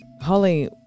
Holly